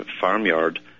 farmyard